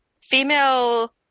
female